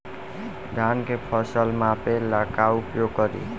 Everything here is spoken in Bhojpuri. धान के फ़सल मापे ला का उपयोग करी?